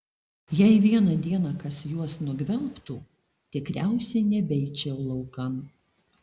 jei vieną dieną kas juos nugvelbtų tikriausiai nebeičiau laukan